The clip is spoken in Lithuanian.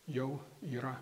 jau yra